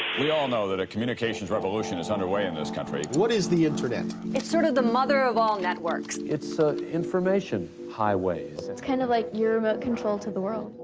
we all know that a communications revolution is underway in this country. what is the internet? it's sort of the mother of all networks. it's ah information highways. it's kind of like your remote control to the world